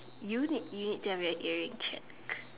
you need you need to have your hearing check